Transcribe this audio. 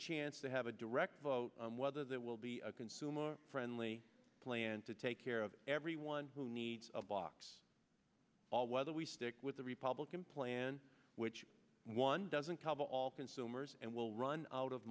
chance to have a direct vote on whether there will be a consumer friendly plan to take care of everyone who needs a box all whether we stick with the republican plan which one doesn't cover all consumers and will run out of